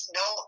no